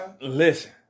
listen